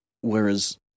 Whereas